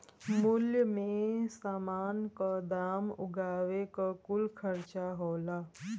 मूल्य मे समान क दाम उगावे क कुल खर्चा होला